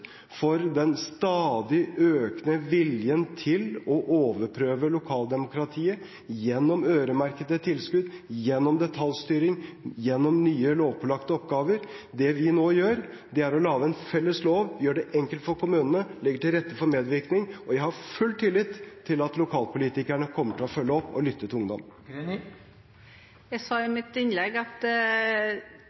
gjennom nye lovpålagte oppgaver. Det vi nå gjør, er å lage en felles lov, gjøre det enkelt for kommunene, legge til rette for medvirkning, og jeg har full tillit til at lokalpolitikerne kommer til å følge opp og lytte til ungdom. Jeg sa i mitt innlegg at